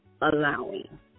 allowing